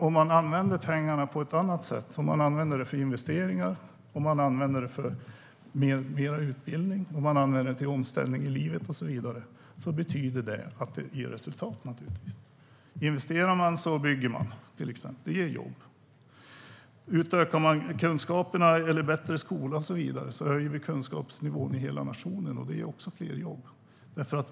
Om man använder pengarna till investeringar, mer utbildning, omställning i livet och så vidare ger det resultat. Om man investerar bygger man till exempel, och det ger jobb. Satsar man på en bättre skola höjs kunskapsnivån i hela nationen, och det ger också fler jobb.